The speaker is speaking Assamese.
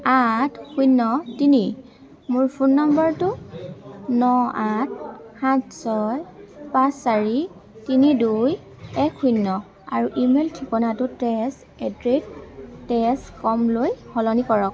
আঠ শূন্য তিনি মোৰ ফোন নম্বৰটো ন আঠ সাত ছয় পাঁচ চাৰি তিনি দুই এক শূন্য আৰু ইমেইল ঠিকনাটো test at the rate test কমলৈ সলনি কৰক